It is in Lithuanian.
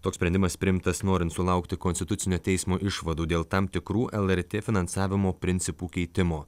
toks sprendimas priimtas norint sulaukti konstitucinio teismo išvadų dėl tam tikrų lrt finansavimo principų keitimo